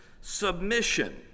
submission